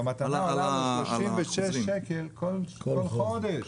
והמתנה עולה לו 36 שקלים כל חודש.